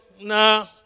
nah